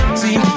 see